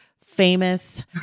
famous